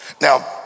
Now